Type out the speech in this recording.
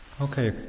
Okay